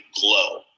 glow